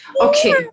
Okay